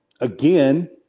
again